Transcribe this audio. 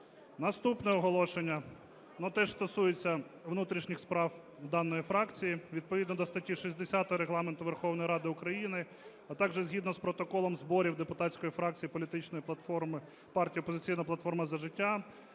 Наступне оголошення, воно теж стосується внутрішніх справ даної фракції. Відповідно до статті 60 Регламенту Верховної Ради України, а також згідно з протоколом зборів депутатської фракції політичної платформи... партії "Опозиційна платформа - За життя"